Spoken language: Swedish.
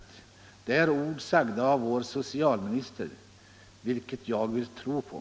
Det är ord, sagda av vår socialminister, vilka jag vill tro på.